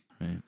Right